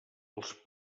els